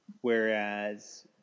Whereas